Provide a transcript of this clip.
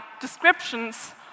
descriptions